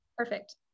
Perfect